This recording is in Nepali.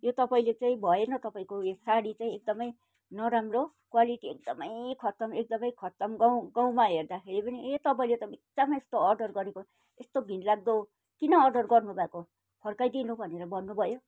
यो तपाईँले चाहिँ भएन तपाईँको यो साडी चाहिँ एकदमै नराम्रो क्वालिटी एकदमै खत्तम एकदमै खत्तम गाउँ गाउँमा हेर्दाखेरि पनि ए तपाईँले त बित्थामा यस्तो अर्डर गरेको यस्तो घिनलाग्दो किन अर्डर गरेको फर्काइ दिनु भनेर भन्नुभयो